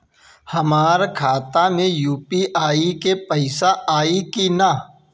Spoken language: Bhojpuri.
हमारा खाता मे यू.पी.आई से पईसा आई कि ना?